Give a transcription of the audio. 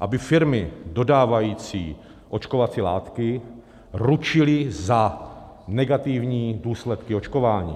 aby firmy dodávající očkovací látky ručily za negativní důsledky očkování.